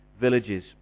villages